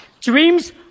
Dreams